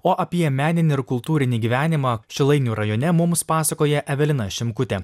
o apie meninį ir kultūrinį gyvenimą šilainių rajone mums pasakoja evelina šimkutė